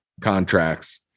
contracts